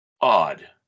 odd